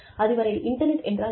அது வரை இன்டர்நெட் என்றால் என்ன